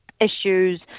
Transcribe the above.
issues